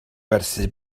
werthu